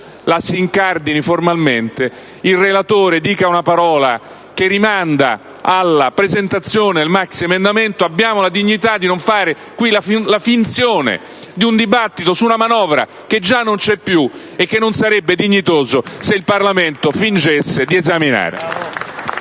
la si incardini formalmente, che il relatore dica una parola che rimandi alla presentazione del maxiemendamento: abbiamo la dignità di non fingere di svolgere in questa sede un dibattito su una manovra che già non c'è più, perché non sarebbe dignitoso se il Parlamento fingesse di esaminarla!